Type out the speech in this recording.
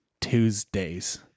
Tuesdays